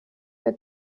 wir